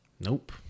Nope